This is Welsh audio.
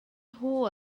nhw